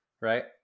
Right